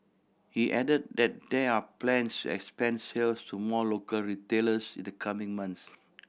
he added that there are plans to expand sales to more local retailers in the coming months